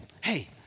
hey